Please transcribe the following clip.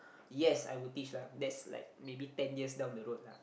yes I will teach lah that's like maybe ten years down the road lah